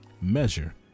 measure